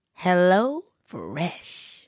HelloFresh